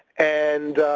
and